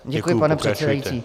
Děkuji, pane předsedající.